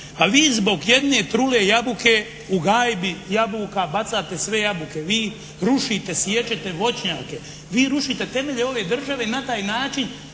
Pa vi zbog jedne trule jabuke u gajbi jabuka bacate sve jabuke. Vi rušite, siječete voćnjake, vi rušite temelje ove države na taj način